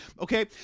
Okay